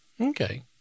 Okay